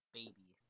baby